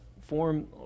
form